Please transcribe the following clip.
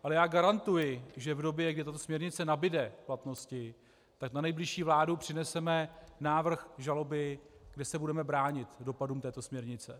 Ale garantuji, že v době, kdy tato směrnice nabude platnosti, tak na nejbližší vládu přineseme návrh žaloby, kde se budeme bránit dopadům této směrnice.